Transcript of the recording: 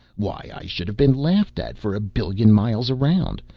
why, i should have been laughed at for a billion miles around.